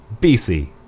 BC